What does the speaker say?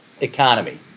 economy